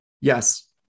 Yes